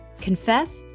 Confess